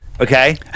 Okay